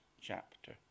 chapter